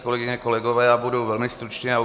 Kolegyně, kolegové, budu velmi stručný.